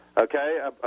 okay